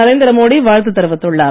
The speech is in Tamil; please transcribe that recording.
நரேந்திர மோடி வாழ்த்து தெரிவித்துள்ளார்